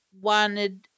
wanted